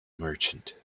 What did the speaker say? merchant